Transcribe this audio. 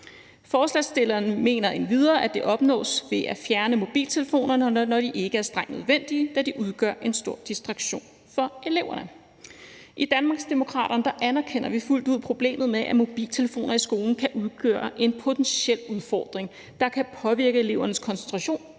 Forslagsstilleren mener endvidere, at det opnås ved at fjerne mobiltelefonerne, når de ikke er strengt nødvendige, da de udgør en stor distraktion for eleverne. I Danmarksdemokraterne anerkender vi fuldt ud problemet med, at mobiltelefoner i skolen kan udgøre en potentiel udfordring, der kan påvirke elevernes koncentration